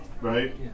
right